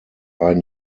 ein